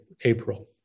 April